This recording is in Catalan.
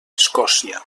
escòcia